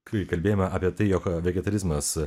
kai kalbėjome apie tai jog vegetarizmas